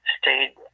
stayed